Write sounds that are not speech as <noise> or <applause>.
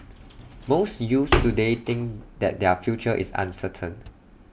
<noise> most youths today think that their future is uncertain